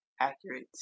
accurate